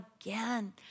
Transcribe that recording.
again